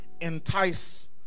entice